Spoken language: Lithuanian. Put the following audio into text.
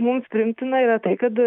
mums priimtina yra tai kad